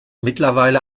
mittlerweile